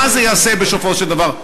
מה זה יעשה בסופו של דבר?